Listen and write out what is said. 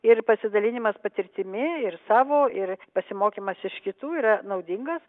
ir pasidalinimas patirtimi ir savo ir pasimokymas iš kitų yra naudingas